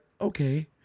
okay